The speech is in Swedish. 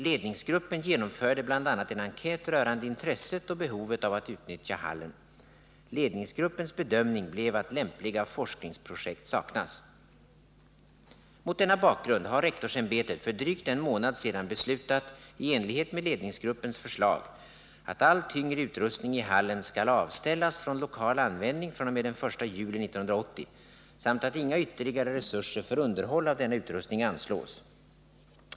Ledningsgruppen genomförde bl.a. en enkät rörande intresset och behovet av att utnyttja hallen. Ledningsgruppens bedömning blev att lämpliga forskningsprojekt saknas. Mot denna bakgrund har rektorsämbetet för drygt en månad sedan beslutat i enlighet med ledningsgruppens förslag att all tyngre utrustning i hallen skall avställas från lokal användning fr.o.m. den 1 juli 1980 samt att inga ytterligare resurser för underhåll av denna utrustning anslås.